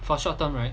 for short term right